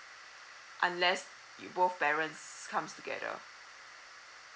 unless your both parents comes together